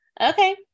Okay